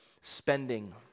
spending